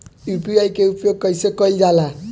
UPI के उपयोग कइसे कइल जाला?